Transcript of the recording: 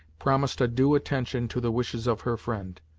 promised a due attention to the wishes of her friend.